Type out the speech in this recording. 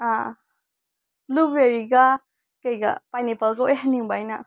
ꯑꯥ blue ꯕꯦꯔꯤꯒ ꯀꯩꯒꯥ ꯄꯥꯏꯅꯦꯄꯜꯒ ꯑꯣꯏꯍꯟꯅꯤꯡꯕ ꯑꯩꯅ